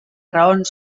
raons